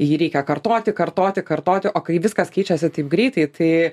jį reikia kartoti kartoti kartoti o kai viskas keičiasi taip greitai tai